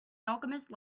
alchemist